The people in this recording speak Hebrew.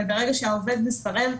אבל ברגע שהעובד מסרב,